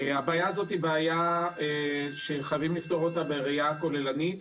הבעיה הזאת היא בעיה שחייבים לפתור אותה בראייה כוללנית,